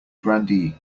grandee